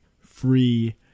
free